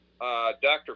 dr